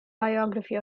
biography